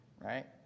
Right